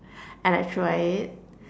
and I try it